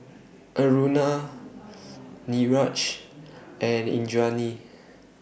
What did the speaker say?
Aruna Niraj and Indranee